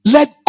Let